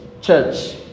church